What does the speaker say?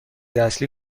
اصلی